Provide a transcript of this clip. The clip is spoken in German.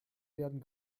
werden